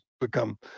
become